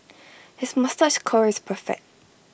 his moustache curl is perfect